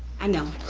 i know.